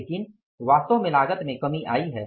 लेकिन वास्तव में लागत में कमी आई है